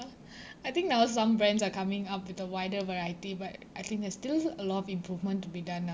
I think now some brands are coming up with a wider variety but I think there's still a lot of improvement to be done ah